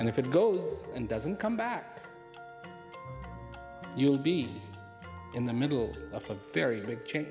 and if it goes and doesn't come back you'll be in the middle of a very big change